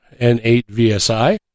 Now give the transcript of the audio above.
N8VSI